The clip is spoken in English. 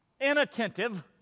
inattentive